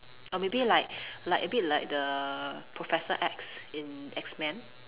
or maybe like like a bit like the professor X in X men